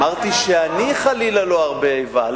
אמרתי שאני, חלילה, לא ארבה איבה.